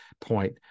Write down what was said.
point